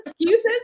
excuses